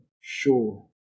sure